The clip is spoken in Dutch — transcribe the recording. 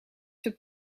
zijn